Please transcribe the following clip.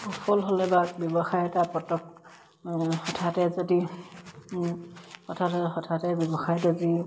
সফল হ'লে বা ব্যৱসায় এটা পতকে হঠাতে যদি ব্যৱসায়ত যি